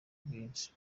ubwishyu